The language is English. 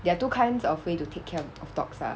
there are two kinds of way to take care of dogs ah